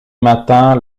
matin